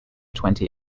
twenty